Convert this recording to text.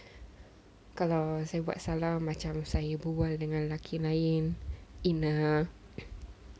kalau saya buat salah macam saya berbual-bual dengan lelaki lain in a